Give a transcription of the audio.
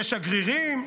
יש שגרירים,